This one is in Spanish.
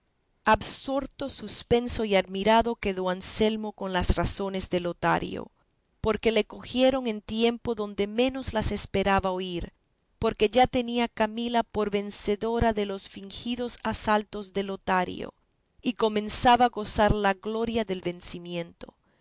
absorto suspenso y admirado quedó anselmo con las razones de lotario porque le cogieron en tiempo donde menos las esperaba oír porque ya tenía a camila por vencedora de los fingidos asaltos de lotario y comenzaba a gozar la gloria del vencimiento